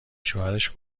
شوهرش